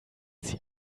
sie